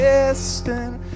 Distant